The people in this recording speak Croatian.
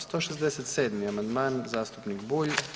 167. amandman zastupnik Bulj.